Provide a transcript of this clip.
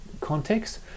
context